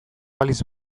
balitz